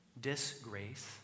disgrace